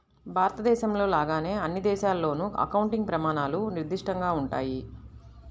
భారతదేశంలో లాగానే అన్ని దేశాల్లోనూ అకౌంటింగ్ ప్రమాణాలు నిర్దిష్టంగా ఉంటాయి